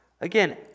Again